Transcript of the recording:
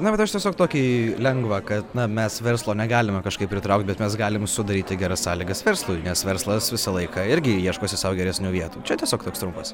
na bet aš tiesiog tokį lengvą kad na mes verslo negalime kažkaip pritraukt bet mes galim sudaryti geras sąlygas verslui nes verslas visą laiką irgi ieškosi sau geresnių vietų čia tiesiog toks trumpas